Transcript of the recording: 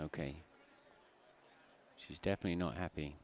ok she's definitely not happy